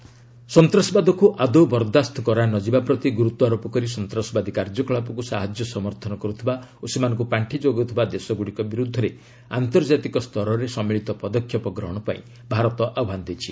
ready terrorism ସନ୍ତାସବାଦକୁ ଆଦୌ ବରଦାସ୍ତ କରାନଯିବା ପ୍ରତି ଗୁରୁତ୍ୱାରୋପ କରି ସନ୍ତାସବାଦୀ କାର୍ଯ୍ୟକଳାପକୁ ସାହାଯ୍ୟ ସମର୍ଥନ କରୁଥିବା ଓ ସେମାନଙ୍କୁ ପାର୍ଷି ଯୋଗାଉଥିବା ଦେଶଗୁଡ଼ିକ ବିରୁଦ୍ଧରେ ଆନ୍ତର୍ଜାତିକ ସ୍ତରରେ ସମ୍ମିଳିତ ପଦକ୍ଷେପ ଗ୍ରହଣ ପାଇଁ ଭାରତ ଆହ୍ପାନ ଦେଇଛି